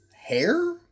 hair